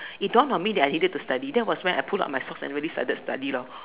it dawned on me that I needed to study that was when I pull up my socks and really started study lor